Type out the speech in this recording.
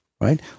Right